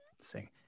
sing